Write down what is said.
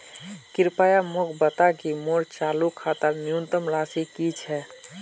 कृपया मोक बता कि मोर चालू खातार न्यूनतम राशि की छे